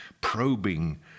probing